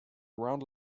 around